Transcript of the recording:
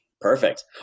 Perfect